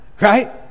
Right